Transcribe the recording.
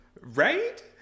Right